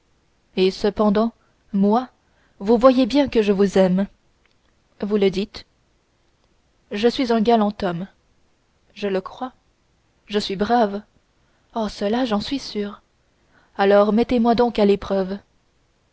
et cependant moi vous voyez bien que je vous aime vous le dites je suis un galant homme je le crois je suis brave oh cela j'en suis sûre alors mettez-moi donc à l'épreuve